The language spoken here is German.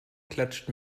klatscht